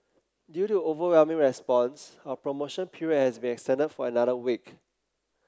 due to overwhelming response our promotion period has been extended for another week